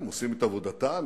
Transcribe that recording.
הם עושים את עבודתם,